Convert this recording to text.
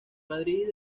madrid